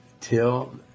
till